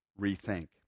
rethink